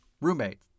roommate